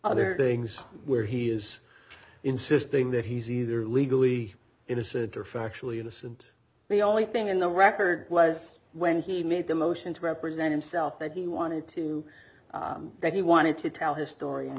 other things where he is insisting that he's either legally innocent or factually innocent the only thing in the record was when he made the motion to represent himself that he wanted to that he wanted to tell his story in